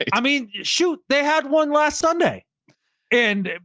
i mean shoot. they had one last sunday and.